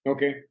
Okay